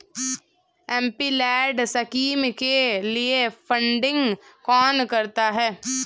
MPLAD scheme के लिए funding कौन करता है?